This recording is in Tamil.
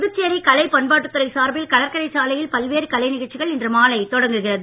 புதுச்சேரி கலை பண்பாட்டுத்துறை சார்பில் கடற்கரை சாலையில் பல்வேறு கலை நிகழ்ச்சிகள் இன்று மாலை தொடங்குகிறது